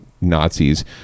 Nazis